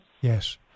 Yes